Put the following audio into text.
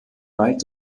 neid